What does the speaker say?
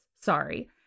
Sorry